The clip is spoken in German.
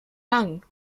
lang